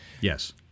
Yes